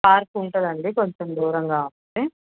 park ఉంటుందండి కొంచెం దూరంగా ఉంటుంది